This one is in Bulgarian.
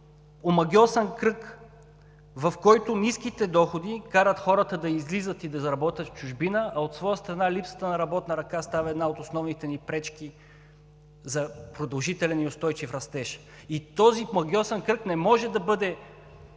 един омагьосан кръг, в който ниските доходи карат хората да излизат и да работят в чужбина, а от своя страна липсата на работна ръка става една от основните ни пречки за продължителен и устойчив растеж. Този омагьосан кръг не може да бъде